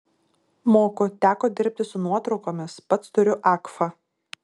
moku teko dirbti su nuotraukomis pats turiu agfa